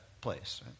place